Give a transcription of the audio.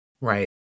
right